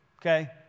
Okay